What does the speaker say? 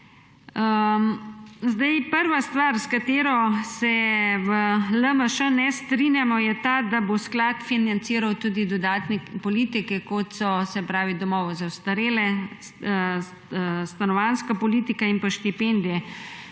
Prva stvar, s katero se v LMŠ ne strinjamo, je ta, da bo sklad financiral tudi dodatne politike, kot so domovi za ostarele, stanovanjsko politiko in pa štipendije.